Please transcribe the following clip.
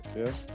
yes